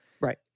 Right